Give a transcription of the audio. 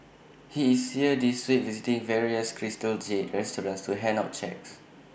he is here this week visiting various crystal jade restaurants to hand out cheques